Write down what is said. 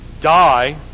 die